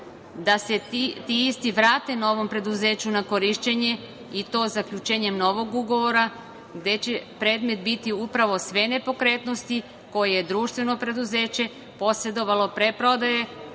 da se ti isti vrate ovom preduzeću na korišćenje i to zaključenjem novog ugovora gde će predmet biti upravo sve nepokretnosti koje je društveno preduzeće posedovalo pre prodaje,